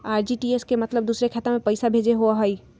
RTGS के मतलब दूसरे के खाता में पईसा भेजे होअ हई?